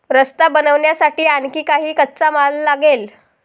रस्ता बनवण्यासाठी आणखी काही कच्चा माल लागेल